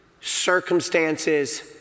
circumstances